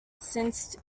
since